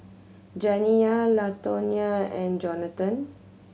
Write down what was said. Janiyah Latonya and Jonathon